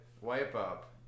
wipe-up